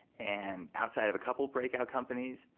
and outside of a couple breakout companies,